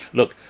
look